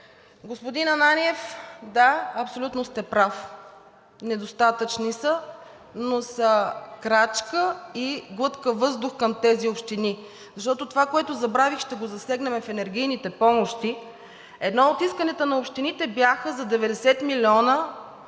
Господин Ананиев, да, абсолютно сте прав – недостатъчни са, но са крачка и глътка въздух към тези общини, защото това, което забравих, ще го засегнем в енергийните помощи. Едно от исканията на общините беше за 90 милиона